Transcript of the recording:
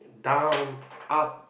down up